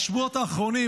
בשבועות האחרונים,